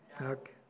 okay